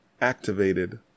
activated